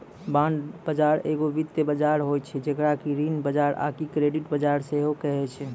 bond बजार एगो वित्तीय बजार होय छै जेकरा कि ऋण बजार आकि क्रेडिट बजार सेहो कहै छै